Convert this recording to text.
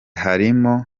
harimo